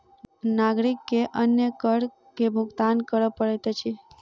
नागरिक के अन्य कर के भुगतान कर पड़ैत अछि